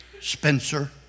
Spencer